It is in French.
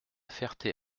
ferté